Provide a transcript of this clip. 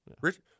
Rich